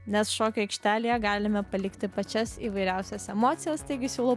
nes šokių aikštelėje galime palikti pačias įvairiausias emocijas taigi siūlau